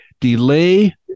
delay